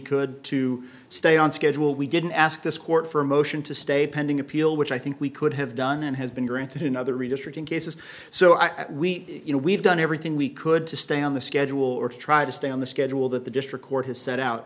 could to stay on schedule we didn't ask this court for a motion to stay pending appeal which i think we could have done and has been granted in other redistricting cases so i thought we you know we've done everything we could to stay on the schedule or try to stay on the schedule that the district court has set out